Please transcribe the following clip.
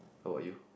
how are you